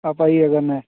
आप आइएगा मैं